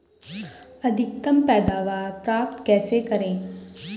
अधिकतम पैदावार प्राप्त कैसे करें?